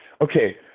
okay